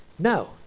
No